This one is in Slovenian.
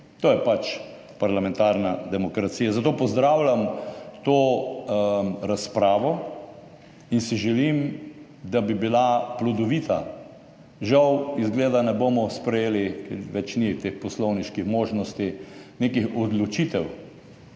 to je pač parlamentarna demokracija, zato pozdravljam to razpravo in si želim, da bi bila plodovita. Žal izgleda ne bomo sprejeli, ker več ni teh poslovniških možnosti, nekih odločitev.